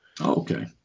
Okay